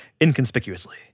inconspicuously